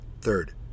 Third